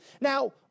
Now